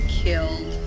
killed